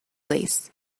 lace